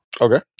Okay